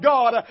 God